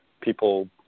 people